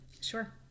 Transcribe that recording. sure